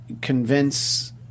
convince